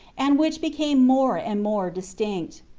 and which became more and more distinct.